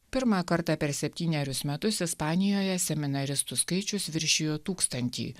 pirmą kartą per septynerius metus ispanijoje seminaristų skaičius viršijo tūkstantį